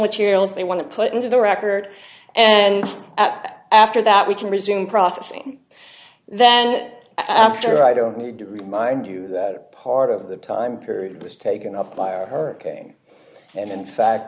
materials they want to put into the record and at after that we can resume processing then after i don't need to remind you that part of the time period was taken up by her care and in fact